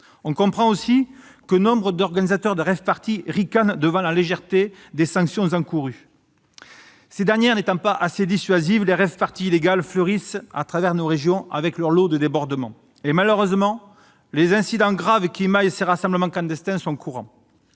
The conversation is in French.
On comprend aussi que nombre d'organisateurs de rave-parties ricanent devant la légèreté des sanctions encourues. Ces dernières n'étant pas assez dissuasives, les rave-parties illégales fleurissent à travers nos régions, avec leur lot de débordements. Malheureusement, il est courant que des incidents graves émaillent ces rassemblements clandestins.